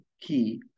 key